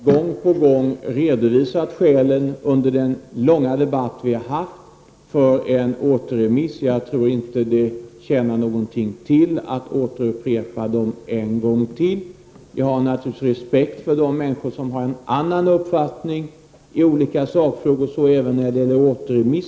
Herr talman! Jag har gång på gång under den långa debatt vi haft redovisat skälen för en återremiss. Jag tror inte att det tjänar något till att återupprepa dem ännu en gång. Jag har naturligtvis respekt för de människor som har en annan uppfattning i olika sakfrågor; så även när det gäller återremiss.